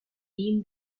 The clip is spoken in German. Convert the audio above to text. ihm